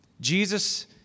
Jesus